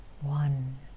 one